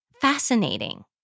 fascinating